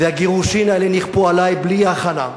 והגירושין האלה נכפו עלי בלי הכנה,